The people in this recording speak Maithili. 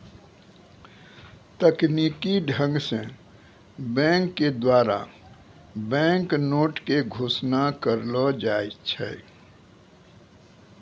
तकनीकी ढंग से बैंक के द्वारा बैंक नोट के घोषणा करलो जाय छै